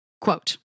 Quote